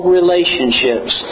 relationships